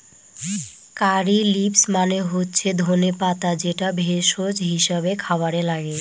কারী leaves মানে হচ্ছে ধনে পাতা যেটা ভেষজ হিসাবে খাবারে লাগে